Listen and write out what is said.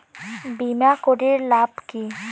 বিমা করির লাভ কি?